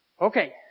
Okay